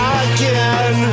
again